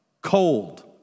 cold